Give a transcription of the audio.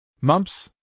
Mumps